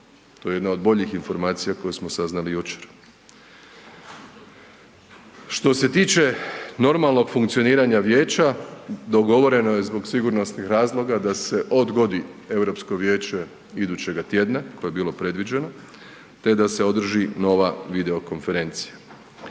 To je jedna od boljih informacija koju smo saznali jučer. Što se tiče normalnog funkcioniranja vijeća, dogovoreno je zbog sigurnosnih razloga da se odgodi Europsko vijeće idućega tjedna koje je bilo predviđeno, te da se održi nova video konferencija.